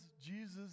Jesus